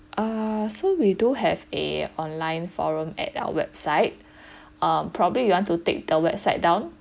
uh so we do have a online forum at our website uh probably you want to take the website down